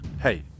Hey